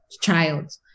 child